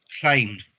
claimed